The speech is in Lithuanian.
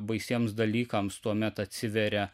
baisiems dalykams tuomet atsiveria